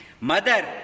Mother